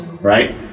right